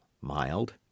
mild